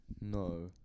No